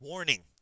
Warning